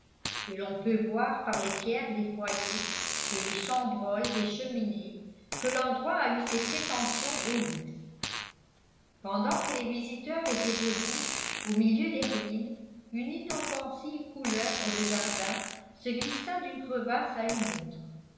et l'on peut voir par les pierres des foyers et les chambranles des cheminées que l'endroit a eu ses prétentions au luxe pendant que les visiteurs étaient debout au milieu des ruines une inoffensive couleuvre de jardin se glissa d'une crevasse à une autre